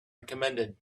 recommended